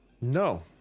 No